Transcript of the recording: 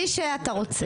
מי שאתה רוצה.